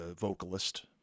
vocalist